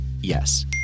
yes